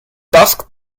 dusk